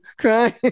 crying